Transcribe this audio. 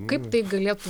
kaip tai galėtų